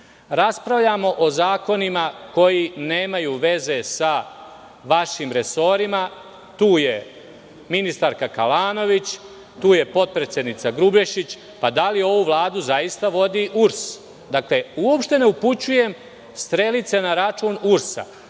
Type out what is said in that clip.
Dinkića. Raspravljamo o zakonima koji nemaju veze sa vašim resorima. Tu je ministarka Kalanović, tu je potpredsednica Grubješić, pa da li ovu Vladu zaista vodi URS? Uopšte ne upućujem strelice na račun URS,